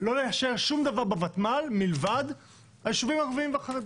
לא לאשר שום דבר בוותמ"ל מלבד היישובים הערבים והחרדים.